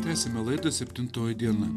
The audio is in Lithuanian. tęsiame laidą septintoji diena